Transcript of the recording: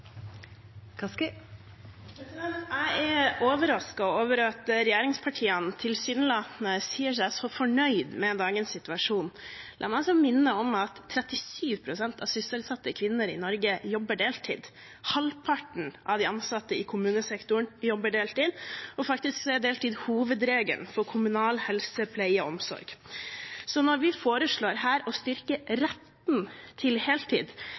Jeg er overrasket over at regjeringspartiene tilsynelatende sier seg så fornøyd med dagens situasjon. La meg minne om at 37 pst. av sysselsatte kvinner i Norge jobber deltid, halvparten av de ansatte i kommunesektoren jobber deltid, og faktisk er deltid hovedregelen for kommunal helse, pleie og omsorg. Så når vi her foreslår å styrke retten til heltid,